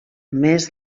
més